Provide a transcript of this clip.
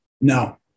No